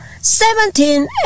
seventeen